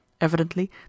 Evidently